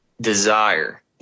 desire